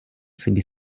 собі